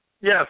Yes